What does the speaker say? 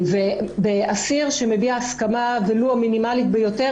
אסיר שמביע הסכמה ולו המינימלית ביותר,